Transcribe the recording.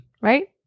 right